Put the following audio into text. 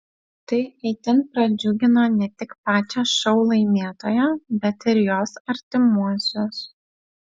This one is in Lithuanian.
tai itin pradžiugino ne tik pačią šou laimėtoją bet ir jos artimuosius